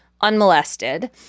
unmolested